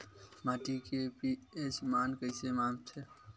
माटी के पी.एच मान कइसे मापथे?